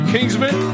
Kingsman